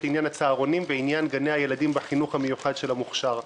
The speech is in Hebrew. עניין הצהרונים ואת עניין גני הילדים בחינוך המיוחד של המוכש"ר.